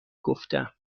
گفتم